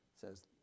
says